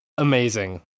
amazing